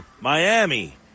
Miami